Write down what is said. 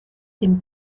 dem